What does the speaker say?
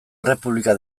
errepublika